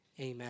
Amen